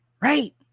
Right